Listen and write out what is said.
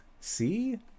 See